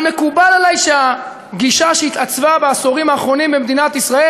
אבל מקובל עלי שהגישה שהתעצבה בעשורים האחרונים במדינת ישראל